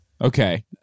okay